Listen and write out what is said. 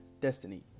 destiny